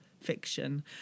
fiction